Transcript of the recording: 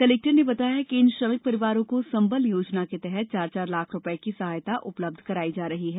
collector ने बताया कि इन श्रमिक परिवारों को संबंल योजना के तहत चार चार लाख रूपये की सहायता उपलब्ध कराई जा रही है